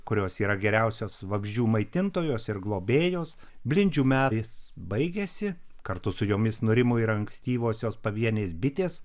kurios yra geriausios vabzdžių maitintojos ir globėjos blindžių metas baigėsi kartu su jomis nurimo ir ankstyvosios pavienės bitės